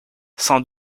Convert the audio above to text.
sans